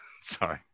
Sorry